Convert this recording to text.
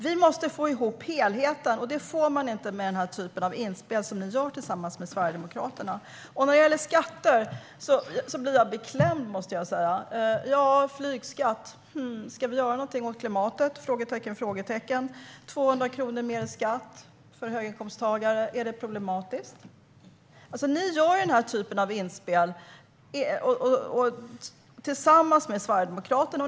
Vi måste få ihop helheten, och det får man inte med den typ av inspel som ni gör tillsammans med Sverigedemokraterna. När det gäller skatter blir jag beklämd, måste jag säga. Hur ska vi göra med flygskatten? Ska vi göra någonting åt klimatet? 200 kronor mer i skatt för höginkomsttagare - är det problematiskt? Ni gör denna typ av inspel tillsammans med Sverigedemokraterna.